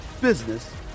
business